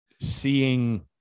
seeing